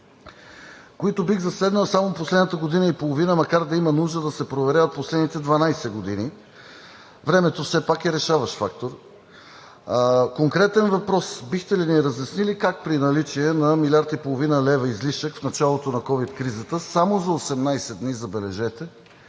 които бих засегнал само последната година и половина, макар да има нужда да се проверяват последните 12 години. Времето все пак е решаващ фактор. Конкретен въпрос: бихте ли ни разяснили как при наличие на 1,5 млрд. лв. излишък в началото на ковид кризата само за 18 дни – забележете!